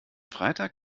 freitag